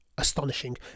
astonishing